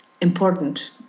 important